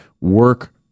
work